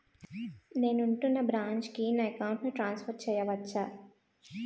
నేను ఉంటున్న బ్రాంచికి నా అకౌంట్ ను ట్రాన్సఫర్ చేయవచ్చా?